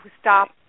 stop